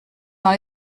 dans